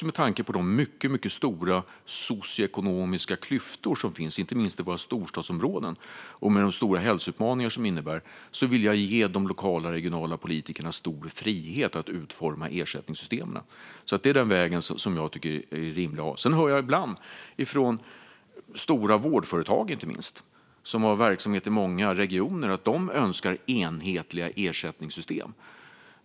Med tanke på de mycket stora socioekonomiska klyftor som finns i inte minst våra storstadsområden och de hälsoutmaningar som det innebär vill jag ge de lokala och regionala politikerna stor frihet att utforma ersättningssystemen. Det är den vägen jag tycker är rimlig. Ibland hör jag från inte minst stora vårdföretag som har verksamhet i många regioner att de önskar enhetliga ersättningssystem.